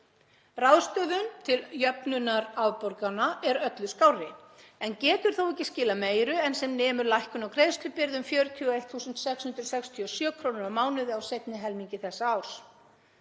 Ráðstöfun til jöfnunar afborgana er öllu skárri, en getur þó ekki skilað meiru en sem nemur lækkun á greiðslubyrði um 41.667 kr. á mánuði, á seinni helmingi þessa árs.